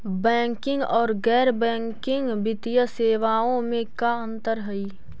Banking और गैर banking वित्तीय सेवाओं में का अंतर हइ?